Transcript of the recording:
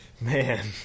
Man